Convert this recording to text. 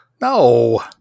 No